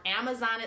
Amazon